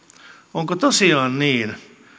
onko tosiaan niin